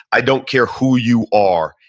i don't care who you are,